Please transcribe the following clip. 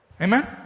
Amen